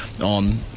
on